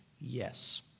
yes